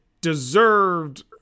deserved